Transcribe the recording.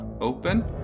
open